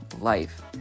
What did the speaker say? life